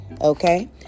okay